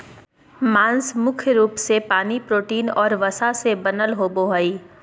मांस मुख्य रूप से पानी, प्रोटीन और वसा से बनल होबो हइ